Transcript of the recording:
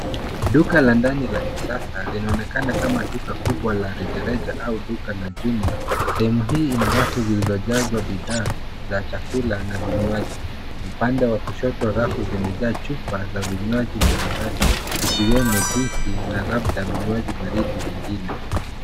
Duka la ndani la kisasa linaonekana kama duka la rejareja au duka la jumla. Sehemu hii ina rafu zilizo jazwa bidhaa za chakula na vinywaji. Upande wa kushoto rafu zimejaa chupa za vinywaji mbalimbali ikiwemo juisi na labda vinywaji baridi vingi.